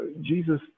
Jesus